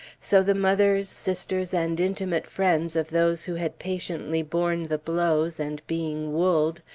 so the mothers, sisters, and intimate friends of those who had patiently borne the blows, and being woolled,